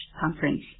conference